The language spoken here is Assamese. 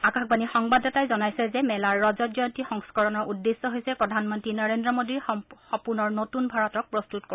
আকাশবাণীৰ সংবাদদাতাই জনাইছে যে মেলাৰ ৰজত জয়ন্তী সংস্কৰণৰ উদ্দেশ্য হৈছে প্ৰধানমন্তী নৰেন্দ্ৰ মোদীৰ সপোনৰ নতুন ভাৰতক প্ৰস্তুত কৰা